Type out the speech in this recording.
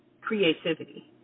creativity